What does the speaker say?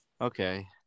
Okay